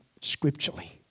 scripturally